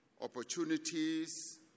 opportunities